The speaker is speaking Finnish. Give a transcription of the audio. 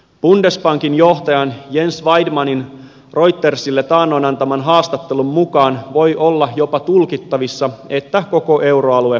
bundesbankin johtajan jens weidmannin reutersille taannoin antaman haastattelun mukaan voi olla jopa tulkittavissa että koko euroalue on pian hajoamassa